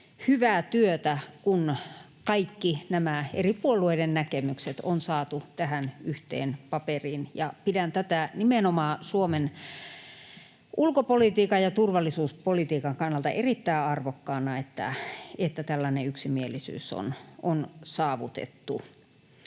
hyvää työtä, kun kaikki nämä eri puolueiden näkemykset on saatu tähän yhteen paperiin. Pidän tätä nimenomaan Suomen ulkopolitiikan ja turvallisuuspolitiikan kannalta erittäin arvokkaana, että tällainen yksimielisyys on saavutettu.